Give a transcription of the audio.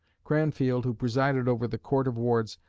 cranfield, who presided over the court of wards,